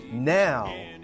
Now